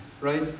Right